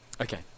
Okay